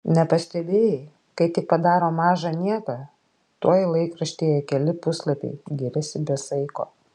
nepastebėjai kai tik padaro mažą nieką tuoj laikraštyje keli puslapiai giriasi be saiko